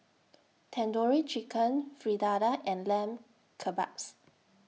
Tandoori Chicken Fritada and Lamb Kebabs